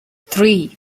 three